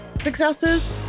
successes